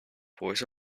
voice